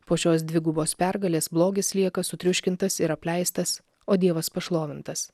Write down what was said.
po šios dvigubos pergalės blogis lieka sutriuškintas ir apleistas o dievas pašlovintas